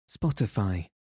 Spotify